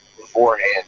beforehand